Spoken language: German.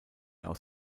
aus